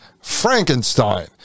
Frankenstein